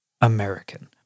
American